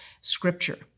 scripture